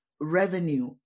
revenue